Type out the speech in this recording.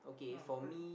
uh great